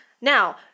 Now